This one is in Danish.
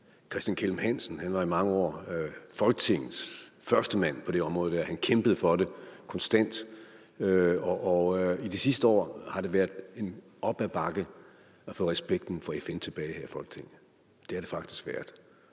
Christian Kelm-Hansen var i mange år Folketingets førstemand på det område, han kæmpede for det konstant, og i de sidste år har det været op ad bakke at få respekten for FN tilbage her i Folketinget. Det har det faktisk været.